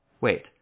Wait